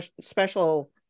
special